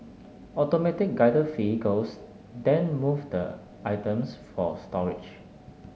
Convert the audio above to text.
automatic Guided Vehicles then move the items for storage